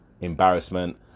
embarrassment